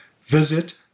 Visit